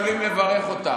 עולים לברך אותה.